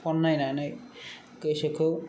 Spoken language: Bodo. फन नायनानै गोसोखौ